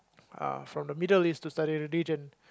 uh from the Middle-East to study religion